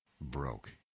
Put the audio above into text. broke